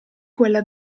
quella